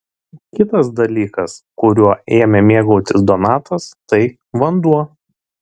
kitas dalykas kuriuo ėmė mėgautis donatas tai vanduo